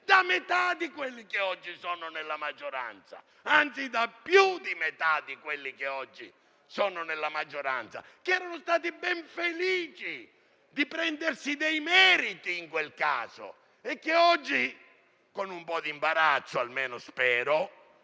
da metà di coloro che oggi sono nella maggioranza. Anzi, si tratta di più di metà di quelli che oggi sono nella maggioranza, i quali sono stati ben felici di prendersi dei meriti in quel caso e oggi, con un po' di imbarazzo - almeno spero